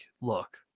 look